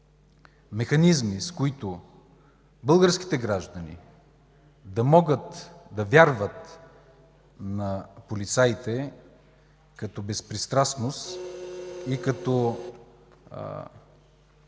механизми, с които българските граждани да могат да вярват на полицията, като безпристрастност и като